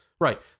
Right